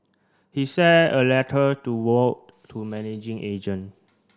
he share a letter to wrote to managing agent